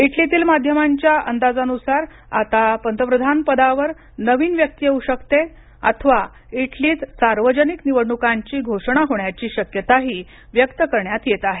इटलीतील माध्यमांच्या अंदाजानुसार आता पंतप्रधान पदावर नवीन व्यक्ति येऊ शकतेअथवा इटलीत सार्वजनिक निवडणुकांची घोषणा होण्याची शक्यताही व्यक्त करण्यात येत आहे